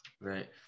right